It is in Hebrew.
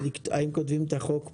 האם כותבים את החוק במפורש,